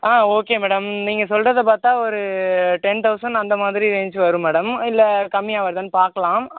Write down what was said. okay madam நீங்கள் சொல்றதைப் பார்த்தா ஒரு டென் தௌசண்ட் அந்த மாதிரி ரேஞ்ச் வரும் மேடம் இல்லை கம்மியாக வருதான்னு பார்க்கலாம்